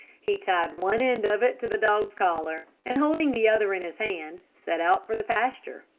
he tied one end of it to the dog's collar, and holding the other in his hand, set out for the pasture.